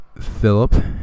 Philip